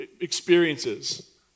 experiences